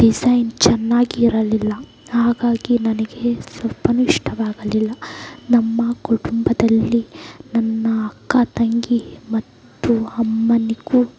design ಚೆನ್ನಾಗಿ ಇರಲಿಲ್ಲ ಹಾಗಾಗಿ ನನಗೆ ಸ್ವಲ್ಪನು ಇಷ್ಟವಾಗಲಿಲ್ಲ ನಮ್ಮ ಕುಟುಂಬದಲ್ಲಿ ನನ್ನ ಅಕ್ಕ ತಂಗಿ ಮತ್ತು ಅಮ್ಮನಿಗೂ